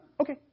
Okay